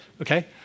Okay